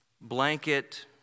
blanket